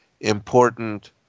important